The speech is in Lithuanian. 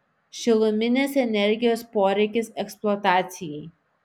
šiluminės energijos poreikis eksploatacijai